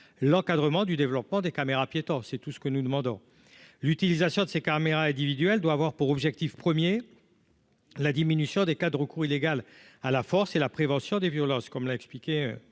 l'encadrement du développement des caméras piétons, c'est tout ce que nous demandons l'utilisation de ces caméras individuelles doit avoir pour objectif 1er, la diminution des cas de recours illégal à la force et la prévention des violences comme l'a expliqué